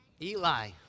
Eli